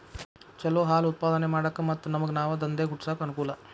ಚಲೋ ಹಾಲ್ ಉತ್ಪಾದನೆ ಮಾಡಾಕ ಮತ್ತ ನಮ್ಗನಾವ ದಂದೇಗ ಹುಟ್ಸಾಕ ಅನಕೂಲ